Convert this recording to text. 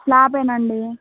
స్లాపేనండి